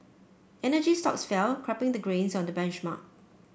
energy stocks fell capping the gains on the benchmark